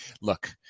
Look